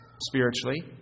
spiritually